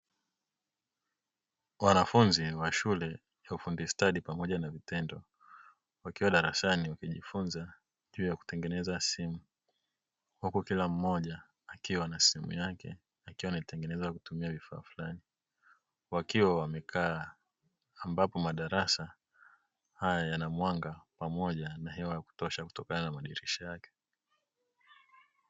Wanafunzi wa shule ya ufundi stadi pamoja na vitendo, wakiwa darasani wakijifunza juu ya kutengeneza simu, wako Kila mmoja akiwa na simu yake akiwa anaitengeneza kwa kutumia vifaa fulani, wakiwa wamekaa, ambapo madarasa haya yana mwanga pamoja na hewa ya kutosha kutokana na madirisha yake.